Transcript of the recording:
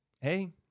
Hey